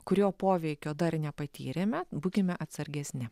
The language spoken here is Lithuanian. kurio poveikio dar nepatyrėme būkime atsargesni